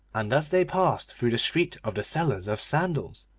and as they passed through the street of the sellers of sandals,